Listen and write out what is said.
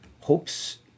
hope's